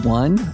one